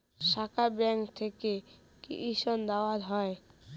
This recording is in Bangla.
শাখা ব্যাংক থেকে কি ঋণ দেওয়া হয়?